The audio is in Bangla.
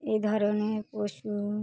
এ ধরনের পশু